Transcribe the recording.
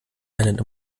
eine